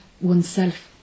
oneself